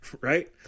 right